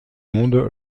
monde